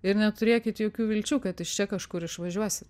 ir neturėkit jokių vilčių kad iš čia kažkur išvažiuosi